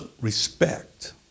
respect